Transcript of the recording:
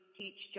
teach